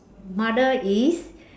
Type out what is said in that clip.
mother is